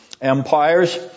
empires